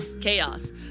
chaos